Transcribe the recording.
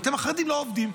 אתם החרדים לא עובדים.